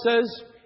says